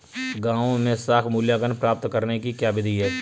गाँवों में साख मूल्यांकन प्राप्त करने की क्या विधि है?